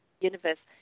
universe